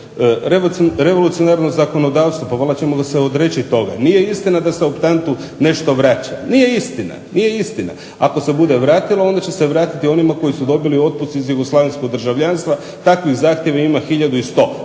Revolucionarno zakonodavstvo, pa valjda ćemo se odreći toga. Nije istina da se optantu nešto vraća, nije istina. Ako se bude vratilo onda će se vratiti onima koji su dobili u otpusnici jugoslavensko državljanstva, takvih zahtjeva ima